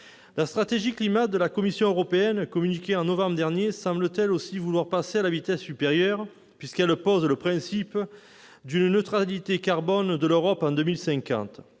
La stratégie climat de la Commission européenne, communiquée en novembre dernier, semble, elle aussi, vouloir passer à la vitesse supérieure, puisqu'elle pose le principe d'une neutralité carbone de l'Europe en 2050.